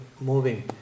moving